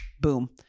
boom